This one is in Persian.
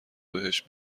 بهش